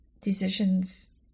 decisions